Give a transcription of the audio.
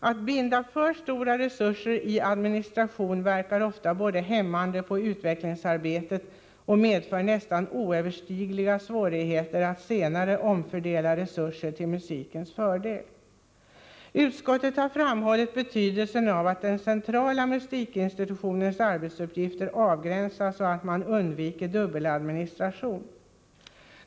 Att binda för stora resurser i administration verkar ofta hämmande på utvecklingsarbetet och medför nästan oöverstigliga svårigheter att senare omfördela resurser till musikens förmån. Utskottet har framhållit betydelsen av att den centrala musikinstitutionens arbetsuppgifter avgränsas, så att man undviker dubbeladministration.